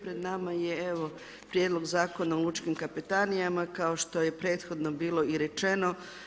Pred nama je Prijedlog Zakona o lučkim kapetanija, kao što je i prethodno bilo i rečeno.